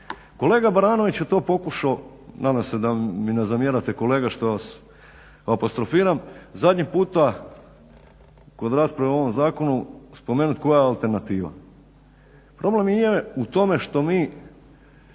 Kolega Baranović je to pokušao, nadam se da mi ne zamjerate kolega što vas apostrofiram, zadnji puta kod rasprave u ovom zakonu spomenuti koja je alternativa. Problem i je u tome što mi